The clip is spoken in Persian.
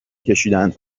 کشیدند